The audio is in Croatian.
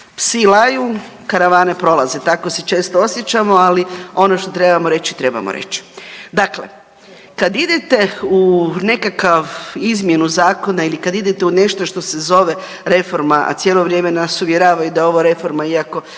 psi laju, karavane prolaze. Tako se često osjećamo, ali ono što trebamo reći, trebamo reći. Dakle, kad idete u nekakav izmjenu zakona ili kad idete u nešto što se zove reforma, a cijelo vrijeme nas uvjeravaju da ovo reforma je iako